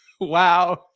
wow